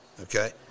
Okay